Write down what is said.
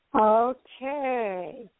Okay